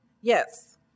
Yes